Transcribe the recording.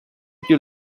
più